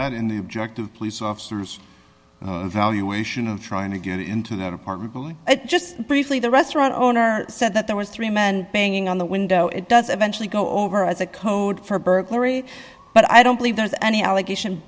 objective police officers valuation of trying to get into that apartment building just briefly the restaurant owner said that there were three men banging on the window it does eventually go over as a code for burglary but i don't believe there's any allegation